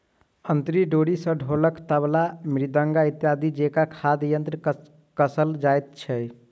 अंतरी डोरी सॅ ढोलक, तबला, मृदंग इत्यादि जेंका वाद्य यंत्र कसल जाइत छै